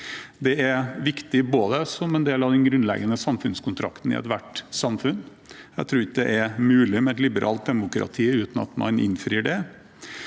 Det er viktig som en del av den grunnleggende samfunnskontrakten i ethvert samfunn. Jeg tror ikke det er mulig med et liberalt demokrati uten at man innfrir det.